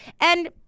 And-